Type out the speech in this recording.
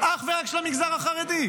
אך ורק של המגזר החרדי.